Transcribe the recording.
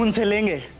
um telling you.